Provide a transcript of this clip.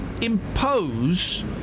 impose